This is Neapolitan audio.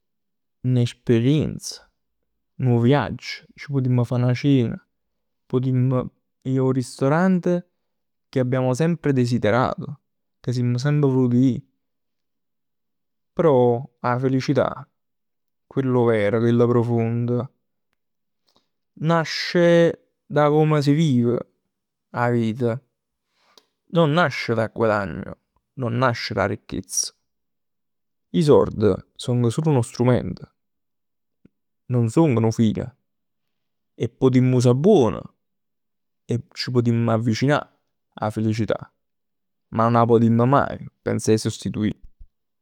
N'esperienza. Nu viaggio, ci putimma fa 'na cena. Putimm ji 'o ristorante che amma semp desiderato. Che simm semp volut ji. Però 'a felicità, chell over, chella profonda, nasce da come s' vive 'a vita. Non nasce dal guadagno. Non nasce d' 'a ricchezza. 'E sord so sul nu strument. Nun song nu fine. 'E putimm usà buon. E c' putimm avvicinà 'a felicità. Ma nun 'a putimm maje pensà 'e sostituì.